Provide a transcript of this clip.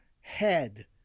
head